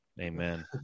Amen